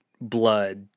blood